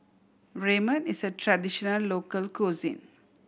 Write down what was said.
ramen is a traditional local cuisine